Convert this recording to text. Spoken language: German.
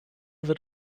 wird